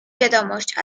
wiadomość